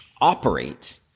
operate